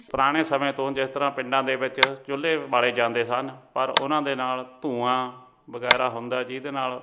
ਪੁਰਾਣੇ ਸਮੇਂ ਤੋਂ ਜਿਸ ਤਰ੍ਹਾਂ ਪਿੰਡਾਂ ਦੇ ਵਿੱਚ ਚੁੱਲ੍ਹੇ ਵਾਲੇ ਜਾਂਦੇ ਸਨ ਪਰ ਉਹਨਾਂ ਦੇ ਨਾਲ ਧੂੰਆਂ ਵਗੈਰਾ ਹੁੰਦਾ ਜਿਹਦੇ ਨਾਲ